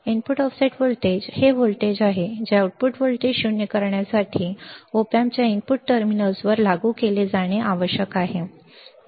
input offset voltage हे voltage आहे जे आउटपुट व्होल्टेज शून्य करण्यासाठी opamp च्या इनपुट टर्मिनल्सवर लागू केले जाणे आवश्यक आहे